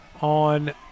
on